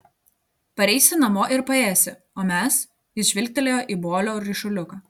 pareisi namo ir paėsi o mes jis žvilgtelėjo į bolio ryšuliuką